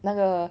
那个